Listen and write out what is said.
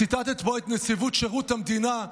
ציטטת פה את נציבות שירות המדינה.